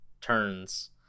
turns